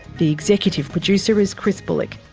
the executive producer is chris bullock,